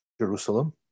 Jerusalem